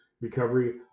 recovery